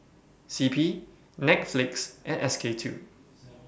C P Netflix and S K two